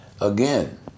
Again